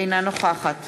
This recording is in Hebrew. אינה נוכחת